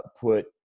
put